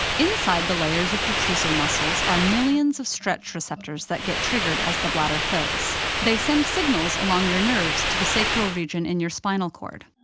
inside the layers of detrusor muscles are millions of stretch receptors that get triggered as the bladder fills. they send signals along your nerves to the sacral region in your spinal cord.